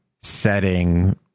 setting